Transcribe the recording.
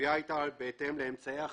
והגבייה הייתה בהתאם לאמצעי אכיפה,